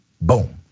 boom